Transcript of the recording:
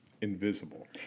invisible